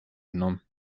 genommen